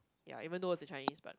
ya even though is a Chinese but